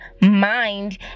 mind